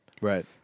right